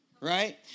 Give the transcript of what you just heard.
right